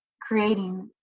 creating